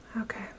okay